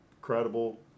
credible